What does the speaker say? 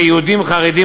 כיהודים חרדים,